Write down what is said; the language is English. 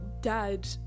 dad